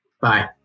Bye